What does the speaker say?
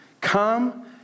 come